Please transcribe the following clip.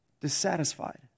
dissatisfied